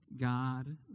God